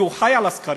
כי הוא חי על הסקרים.